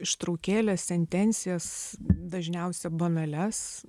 ištraukėlės sentencijas dažniausia banalias